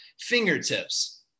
fingertips